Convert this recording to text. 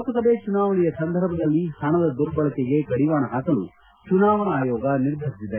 ಲೋಕಸಭೆ ಚುನಾವಣೆಯ ಸಂದರ್ಭದಲ್ಲಿ ಹಣದ ದುರ್ಬಳಕೆಗೆ ಕಡಿವಾಣ ಹಾಕಲು ಚುನಾವಣಾ ಆಯೋಗ ನಿರ್ಧರಿಸಿದೆ